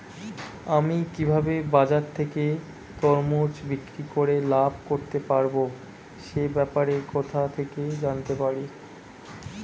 আমি কিভাবে বাজার থেকে তরমুজ বিক্রি করে লাভ করতে পারব সে ব্যাপারে কোথা থেকে জানতে পারি?